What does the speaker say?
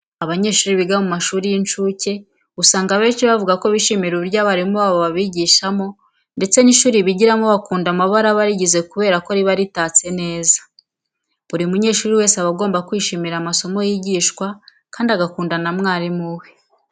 Abanyeshuri biga mu mashuri y'incuke usanga abenshi bavuga ko bishimira uburyo abarimu babo babigishamo ndetse n'ishuri bigiramo bakunda amabara aba arigize kubera ko riba ritatse neza. Buri munyeshuri wese aba agomba kwishimira amasomo yigishwa kandi agakunda na mwarimu we.